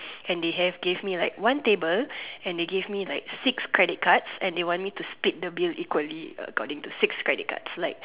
and they have gave me like one table and they gave me like six credit cards and they want me to split the bill equally to six credit cards